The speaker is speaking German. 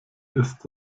ist